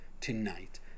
tonight